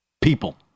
people